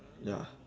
ya